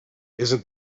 isn’t